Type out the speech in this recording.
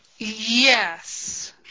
Yes